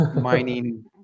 mining